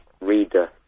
reader